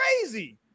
crazy